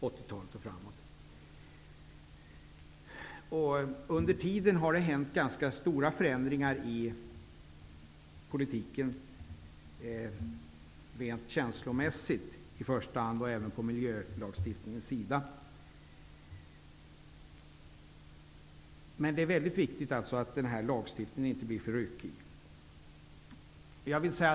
Sedan dess har det skett ganska stora förändringar i politiken, i första hand rent känslomässigt men även när det gäller miljölagstiftningen. Det är mycket viktigt att den här lagstiftningen inte blir för ryckig.